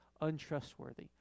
untrustworthy